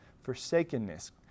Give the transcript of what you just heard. forsakenness